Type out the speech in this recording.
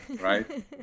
right